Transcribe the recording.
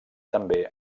també